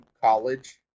college